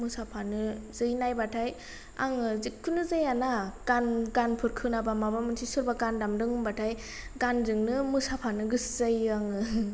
मोसाफानो जै नायबाथाय आङो जेखखुनु जायाना गान गानफोर खोनाबा माबा मोनसे सोरबा गान दामदों होनबाथाय गानजोंनो मोसाफानो गोसो जायो आङो